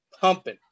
pumping